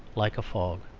like a fog.